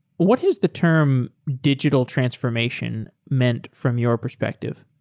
what has the term digital transformation meant from your perspective?